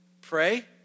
Pray